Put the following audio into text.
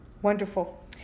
Wonderful